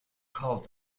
called